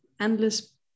endless